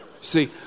See